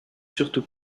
surtout